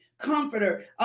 Comforter